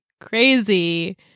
crazy